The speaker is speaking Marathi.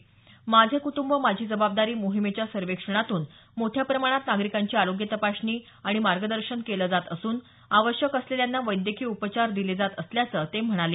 माझे कुटंब माझी जबाबदारी मोहिमेच्या सर्वेक्षणातून मोठ्या प्रमाणात नागरीकांची आरोग्य तपासणी आणि मार्गदर्शन केलं जात असून आवश्यक असलेल्यांना वैद्यकीय उपचार दिले जात असल्याचं ते म्हणाले